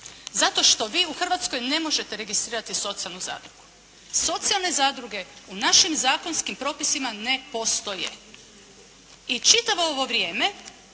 zato što vi u Hrvatskoj ne možete registrirati socijalnu zadrugu. Socijalne zadruge u našim zakonskim propisima ne postoje. I čitavo ovo vrijeme